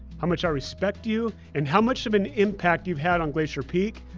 how much i respect you, and how much of an impact you've had on glacier peak,